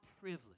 privilege